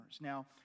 Now